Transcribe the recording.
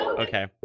Okay